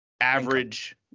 Average